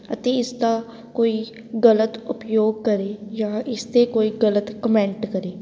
ਅਤੇ ਇਸ ਦਾ ਕੋਈ ਗਲਤ ਉਪਯੋਗ ਕਰੇ ਜਾਂ ਇਸ 'ਤੇ ਕੋਈ ਗਲਤ ਕਮੈਂਟ ਕਰੇ